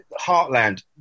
Heartland